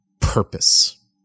purpose